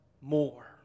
more